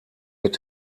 mit